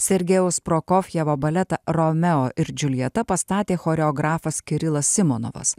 sergejaus prokofjevo baletą romeo ir džiuljeta pastatė choreografas kirilas simonovas